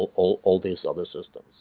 all all these other systems.